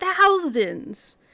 thousands